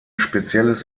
spezielles